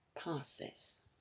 passes